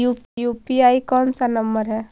UPI कोन सा number हैं?